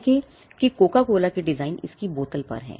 देखें कि Coca Cola के डिजाइन इसकी बोतल पर है